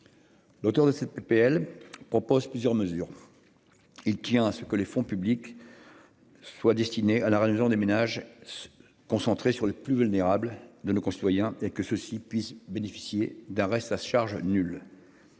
L'auteur de cette PPL propose plusieurs mesures. Il tient à ce que les fonds publics. Soient destiné à la région des ménages se concentrer sur les plus vulnérables de nos concitoyens et que ceux-ci puissent bénéficier d'arrêt ça se charge nul.